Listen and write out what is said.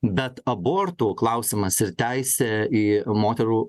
bet abortų klausimas ir teisė į moterų